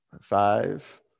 Five